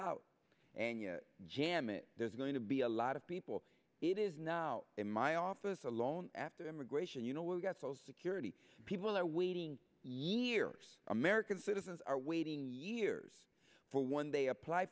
out and jam it there's going to be a lot of people it is now in my office alone after immigration you know we got so security people are waiting years american citizens are waiting years for one they apply